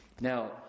Now